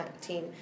team